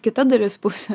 kita dalies pusė